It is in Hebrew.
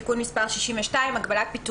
"הצעת חוק עבודת נשים (תיקון מס' 62) (הגבלת פיטורים